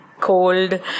cold